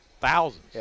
thousands